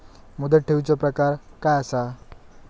मुदत ठेवीचो प्रकार काय असा?